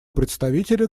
представителя